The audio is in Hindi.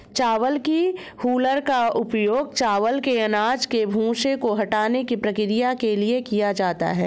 चावल की हूलर का उपयोग चावल के अनाज के भूसे को हटाने की प्रक्रिया के लिए किया जाता है